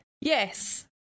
Yes